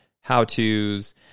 how-tos